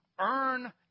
earn